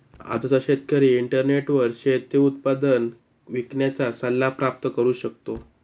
आजचा शेतकरी इंटरनेटवर शेती उत्पादन विकण्याचा सल्ला प्राप्त करू शकतो